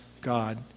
God